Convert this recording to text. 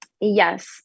Yes